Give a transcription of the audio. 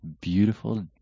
beautiful